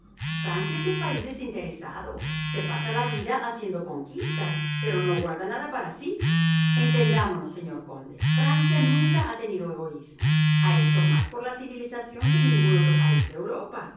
francia es un país desinteresado se pasa la vida haciendo conquistas pero no guarda nada para sí entendámonos señor conde francia nunca ha tenido egoísmo ha hecho más por la civilización que ningún otro país de europa